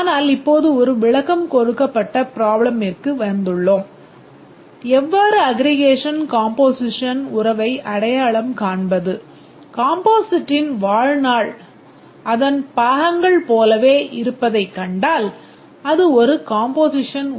ஆனால் இப்போது ஒரு விளக்கம் கொடுக்கப்பட்ட ப்ராப்ளமிற்கு இருப்பதாகக் கொள்வோம்